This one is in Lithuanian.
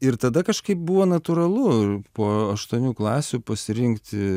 ir tada kažkaip buvo natūralu po aštuonių klasių pasirinkti